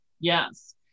Yes